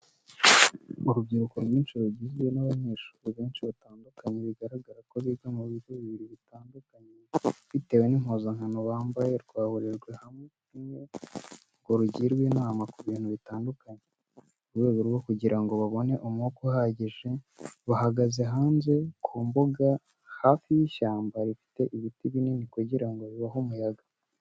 Urubyiruko rwinshi rugizwe n'abanyeshuri benshi batandukanye bigaragara ko biga ku bigo bibiri bitandukanye bitewe n'impuzankano bambaye rwahurijwe hamwe ngo rugirwe inama ku bintu bitandukanye. Mu rwego rwo kugira ngo babone umwuka uhagije, bahagaze hanze ku mbuga hafi y'ishyamba rifite ibiti binini kugira ngo bibahe umuyaga.